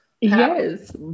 yes